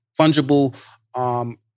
fungible